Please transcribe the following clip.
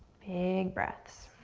big breaths.